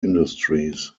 industries